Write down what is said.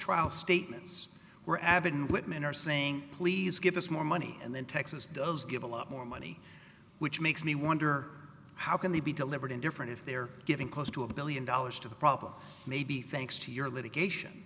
trial statements were added whitman are saying please give us more money and then texas does give a lot more money which makes me wonder how can they be delivered in different if they are getting close to a billion dollars to the problem maybe thanks to your litigation